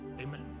amen